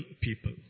people